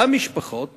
אותן משפחות